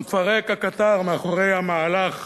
המפרק, הקטר מאחורי המהלך